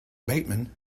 bateman